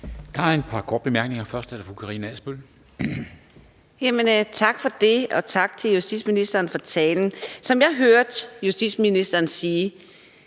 Der er et par korte bemærkninger. Først er det fra fru Karina Adsbøl. Kl. 19:06 Karina Adsbøl (DF): Tak for det, og tak til justitsministeren for talen. Som jeg hørte justitsministeren sige,